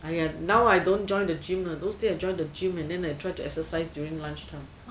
!aiya! now I don't join the gym ah those day I join the gym then I try to exercise during lunch time